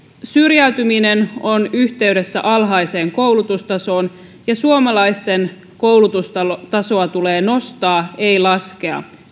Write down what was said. syrjäytyminen on yhteydessä alhaiseen koulutustasoon ja suomalaisten koulutustasoa tulee nostaa ei laskea